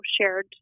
shared